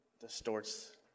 distorts